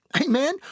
Amen